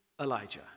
Elijah